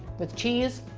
with cheese,